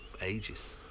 ages